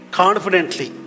confidently